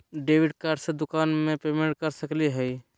Debit card से दुकान में पेमेंट कर सकली हई?